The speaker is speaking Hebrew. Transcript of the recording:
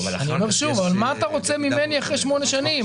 אבל שוב, מה אתה רוצה ממני אחרי שמונה שנים?